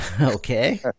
Okay